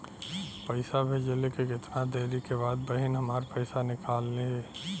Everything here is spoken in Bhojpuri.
पैसा भेजले के कितना देरी के बाद बहिन हमार पैसा निकाल लिहे?